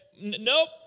nope